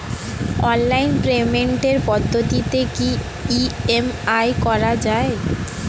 Online পেমেন্টের পদ্ধতিতে কি ই.এম.আই করা যায়?